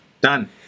Done